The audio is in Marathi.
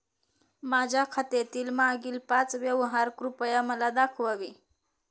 माझ्या खात्यातील मागील पाच व्यवहार कृपया मला दाखवावे